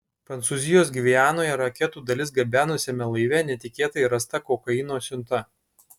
prancūzijos gvianoje raketų dalis gabenusiame laive netikėtai rasta kokaino siunta